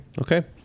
Okay